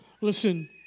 Listen